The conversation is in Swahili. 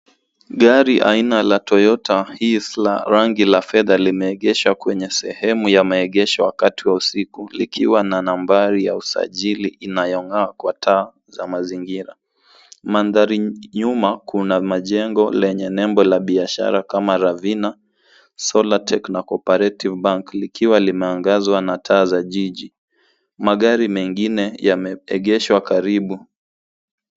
Gari aina la Toyota Heath la rangi la fedha limeegeshwa kwenye sehemu ya meegesho wakati wa usiku. Likiwa na nambari ya usajili inayong'aa kwa taa za mazingira. Mandhari nyuma kuna majengo lenye nembo la biashara kama Ravina, SolarTech na Cooperative Bank likiwa limaangazwa na taa za jiji. Magari mengine yameegeshwa kwa karibu.